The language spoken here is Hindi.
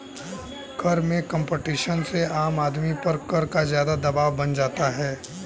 कर में कम्पटीशन से आम आदमी पर कर का ज़्यादा दवाब बन जाता है